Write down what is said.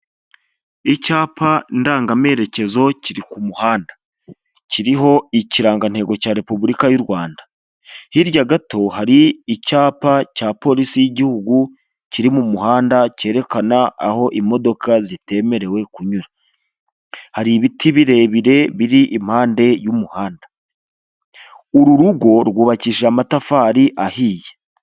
Icyapa ndangamerekezo kiri ku muhanda, kiriho ikirangantego cya Repubulika y'u Rwanda, hirya gato hari icyapa cya polisi y'igihugu kiri mu muhanda cyerekana aho imodoka zitemerewe kunyura, hari ibiti birebire biri impande y'umuhanda, uru rugo rwubakishije amatafari ahiye.